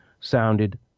sounded